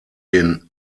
den